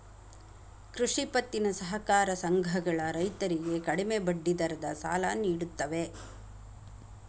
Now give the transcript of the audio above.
ಕೃಷಿ ಪತ್ತಿನ ಸಹಕಾರ ಸಂಘಗಳ ರೈತರಿಗೆ ಕಡಿಮೆ ಬಡ್ಡಿ ದರದ ಸಾಲ ನಿಡುತ್ತವೆ